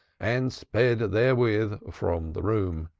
and sped therewith from the room.